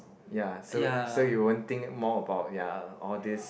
ya so so you won't think more about ya all this